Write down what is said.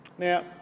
Now